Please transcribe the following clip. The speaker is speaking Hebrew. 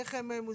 איך הם מוזנקים?